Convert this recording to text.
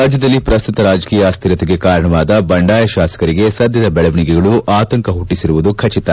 ರಾಜ್ಯದಲ್ಲಿ ಪ್ರಸ್ತುತ ರಾಜಕೀಯ ಅಸ್ತಿರತೆಗೆ ಕಾರಣವಾದ ಬಂಡಾಯ ಶಾಸಕರಿಗೆ ಸದ್ದದ ಬೆಳವಣಿಗೆಗಳು ಆತಂಕ ಹುಟ್ಟಬಿರುವುದು ಖಚಿತ